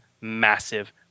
massive